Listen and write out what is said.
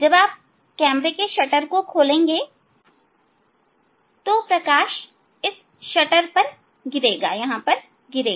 जब आप शटर को खोलेंगे तो प्रकाश इस पर गिरेगा